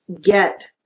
get